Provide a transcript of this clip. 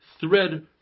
thread